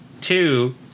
Two